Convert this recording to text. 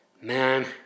Man